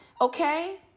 Okay